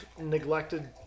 neglected